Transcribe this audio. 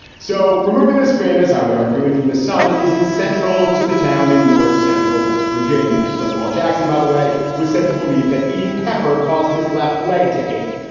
so removing this famous, i would argue, in from his son isn't central to the town in north central west virginia. stonewall jackson, by the way, was said to believe that eating pepper caused his left leg to ache.